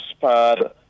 pad